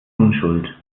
unschuld